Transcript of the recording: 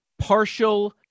partial